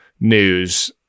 news